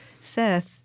Seth